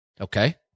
Okay